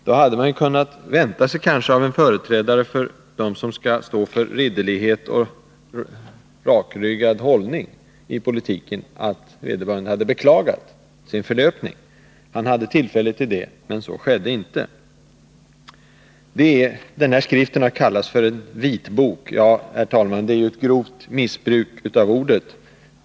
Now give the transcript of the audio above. Man borde kanske ha kunnat vänta sig av en företrädare för dem som sägs stå för ridderlighet och ha en rakryggad hållning i politiken, att vederbörande hade beklagat sin förlöpning. Han hade ju tillfälle till det. Men så skedde inte. Den här skriften har kallats för en vitbok. Det är, herr talman, ett grovt missbruk av ordet.